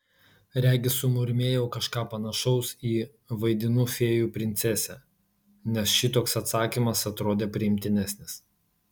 regis sumurmėjau kažką panašaus į vaidinu fėjų princesę nes šitoks atsakymas atrodė priimtinesnis